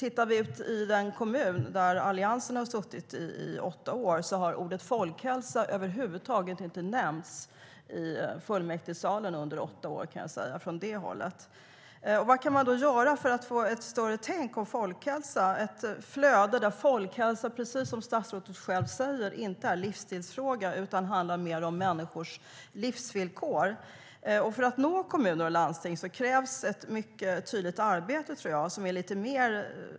I den kommun där Alliansen har suttit i majoritet har däremot ordet "folkhälsa" över huvud taget inte nämnts i fullmäktigesalen på åtta år. Vad kan man då göra för att få ett större tänk om folkhälsa - ett flöde där folkhälsa, precis som statsrådet säger, inte är en livsstilsfråga utan handlar mer om människors livsvillkor? För att nå kommuner och landsting krävs ett tydligt arbete.